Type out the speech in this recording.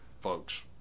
folks